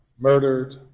murdered